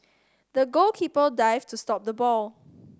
the goalkeeper dived to stop the ball